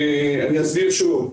אני אסביר שוב.